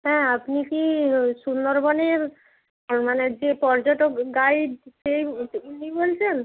হ্যাঁ আপনি কি সুন্দরবনের মানে যে পর্যটক গাইড সেই উনি বলছেন